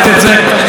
בהחלט,